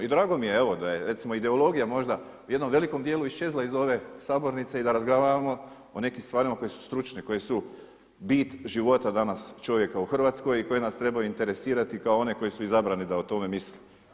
I drago mi je evo da je recimo ideologija možda u jednom velikom dijelu iščezla iz ove sabornice i da razgovaramo o nekim stvarima koje su stručne, koje su bit života danas čovjeka u Hrvatskoj i koje nas trebaju interesirati kao one koji su izabrani da o tome misle.